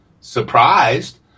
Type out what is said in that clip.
surprised